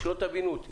שלא תבינו לא נכון